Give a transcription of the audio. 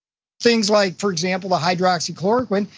things like for example the hydroxychloroquine.